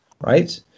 Right